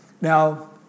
Now